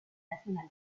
nacional